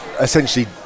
essentially